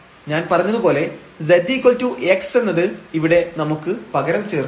ഞാൻ പറഞ്ഞതുപോലെ zx എന്നത് ഇവിടെ നമുക്ക് പകരം ചേർക്കാം